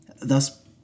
Thus